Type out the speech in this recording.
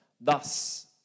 Thus